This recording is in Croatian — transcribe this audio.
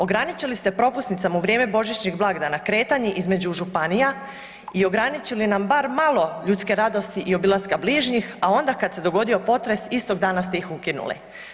Ograničili ste propusnicama u vrijeme božićnih blagdana kretanje između županija i ograničili nam bar malo ljudske radosti i obilaska bližnjih, a onda kad se dogodio potres, istog dana ste ih ukinuli.